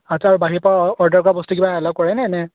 আচ্ছা আৰু বাহিৰৰ পৰা অৰ্ডাৰ বস্তু কিবা এলাউ কৰেনে